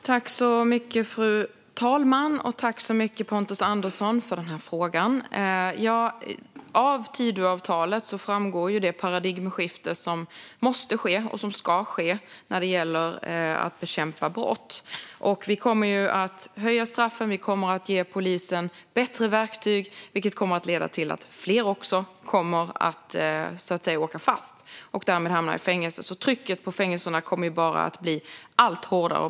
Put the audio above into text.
Fru talman! Tack så mycket för frågan, Pontus Andersson! Av Tidöavtalet framgår det paradigmskifte som måste ske och som ska ske när det gäller att bekämpa brott. Vi kommer att höja straffen och ge polisen bättre verktyg. Det kommer att leda till att fler kommer att åka fast och därmed hamna i fängelse, så trycket på fängelserna kommer att bli allt hårdare.